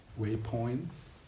waypoints